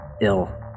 ill